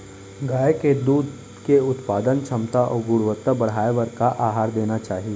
गाय के दूध के उत्पादन क्षमता अऊ गुणवत्ता बढ़ाये बर का आहार देना चाही?